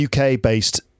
UK-based